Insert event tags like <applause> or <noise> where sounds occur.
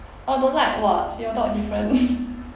orh don't like !wah! your dog different <laughs>